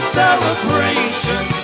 celebration